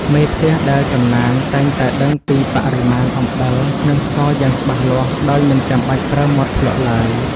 មេផ្ទះដែលចំណានតែងតែដឹងពីបរិមាណអំបិល និងស្ករយ៉ាងច្បាស់លាស់ដោយមិនចាំបាច់ប្រើមាត់ភ្លក្សឡើយ។